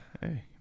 Hey